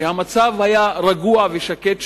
והמצב היה רגוע ושקט שם,